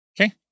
Okay